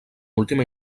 última